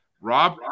Rob